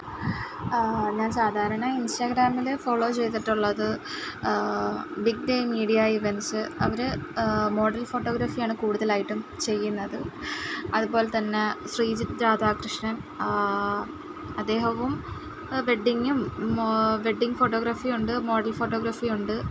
ഞാൻ സാധാരണ ഇൻസ്റ്റാഗ്രാമിൽ ഫോളോ ചെയ്തിട്ടുള്ളത് ബിഗ് ഡേ മീഡിയ ഇവൻറ്സ് അവർ മോഡൽ ഫോട്ടോഗ്രഫി ആണ് കൂടുതലായിട്ടും ചെയ്യുന്നത് അതുപോലെ തന്നെ ശ്രീജിത്ത് രാധാകൃഷ്ണൻ അദ്ദേഹവും വെഡ്ഡിങ്ങും വെഡിങ്ങ് ഫോട്ടോഗ്രഫി ഉണ്ട് മോഡൽ ഫോട്ടോഗ്രഫി ഉണ്ട്